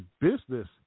business